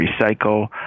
recycle